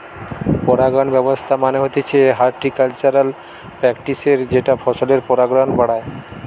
পরাগায়ন ব্যবস্থা মানে হতিছে হর্টিকালচারাল প্র্যাকটিসের যেটা ফসলের পরাগায়ন বাড়ায়